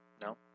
No